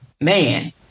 man